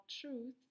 truth